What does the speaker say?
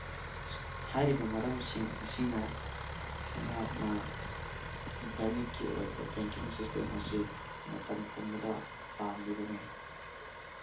ꯍꯥꯏꯔꯤꯕ ꯃꯔꯝꯁꯤꯡ ꯑꯁꯤꯅ ꯑꯩꯍꯥꯛꯅ ꯏꯟꯇꯔꯅꯦꯠꯀꯤ ꯑꯣꯏꯕ ꯕꯦꯡꯀꯤꯡ ꯁꯤꯁꯇꯦꯝ ꯑꯁꯤ ꯃꯇꯝ ꯄꯨꯝꯕꯗ ꯄꯥꯝꯂꯤꯕꯅꯤ